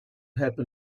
happen